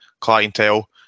clientele